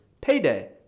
payday